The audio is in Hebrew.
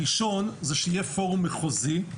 הראשון, שיהיה פורום מחוזי.